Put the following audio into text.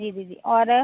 जी दीदी और